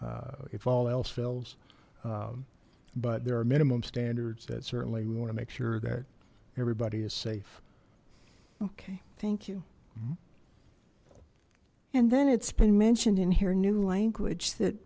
standing if all else fails but there are minimum standards that certainly we want to make sure that everybody is safe okay thank you and then it's been mentioned in here new language that